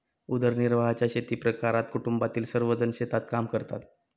उदरनिर्वाहाच्या शेतीप्रकारात कुटुंबातील सर्वजण शेतात काम करतात